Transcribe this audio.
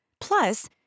Plus